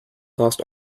lost